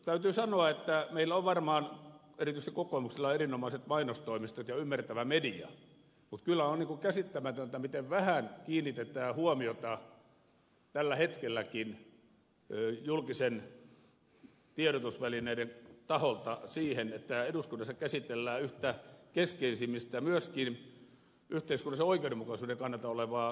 täytyy sanoa että meillä on varmaan erityisesti kokoomuksella erinomaiset mainostoimistot ja ymmärtävä media mutta kyllä on niin kuin käsittämätöntä miten vähän kiinnitetään huomiota tällä hetkelläkin julkisten tiedotusvälineiden taholta siihen että eduskunnassa käsitellään yhtä keskeisimmistä myöskin yhteiskunnallisen oikeudenmukaisuuden kannalta verotukseen liittyvää asiaa